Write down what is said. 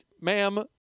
ma'am